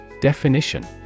Definition